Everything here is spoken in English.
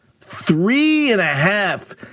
Three-and-a-half